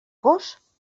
gos